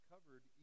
Covered